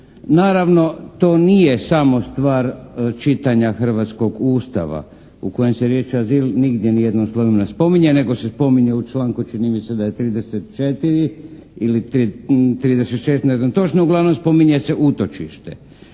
Naravno to nije samo stvar čitanja hrvatskog Ustava u kojem se riječ azil nigdje ni jednim slovom ne spominje nego se spominje u članku čini mi se da je 34. ili 36. ne znam točno. Uglavnom spominje se utočište.